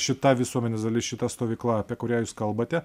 šita visuomenės dalis šita stovykla apie kurią jūs kalbate